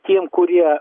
tiem kurie